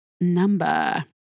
number